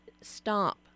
stop